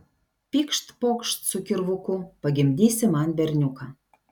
pykšt pokšt su kirvuku pagimdysi man berniuką